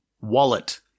Wallet